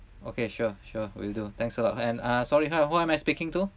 okay sure sure will do thanks a lot and uh sorry hi who am I speaking to